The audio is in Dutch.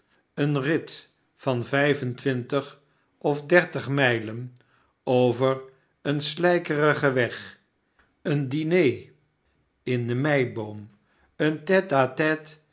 eene rid van vijf en twintig of dertig mijlen over een slijkerigen weg een diner in de meiboom een